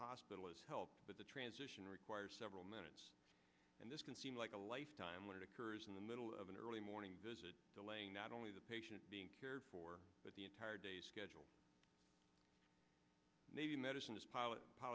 hospital is help but the transition requires several minutes and this can seem like a lifetime when it occurs in the middle of an early morning visit delaying not only the patient being cared for but the entire day's schedule medicine is pilot